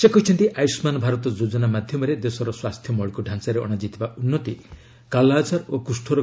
ସେ କହିଛନ୍ତି ଆୟୁଷ୍ମାନ ଭାରତ ଯୋଜନା ମାଧ୍ୟମରେ ଦେଶର ସ୍ୱାସ୍ଥ୍ୟ ମୌଳିକ ଢାଞ୍ଚାରେ ଅଣାଯାଇଥିବା ଉନ୍ନତି କାଲା ଆଜାର୍ ଓ କୁଷରେ